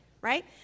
right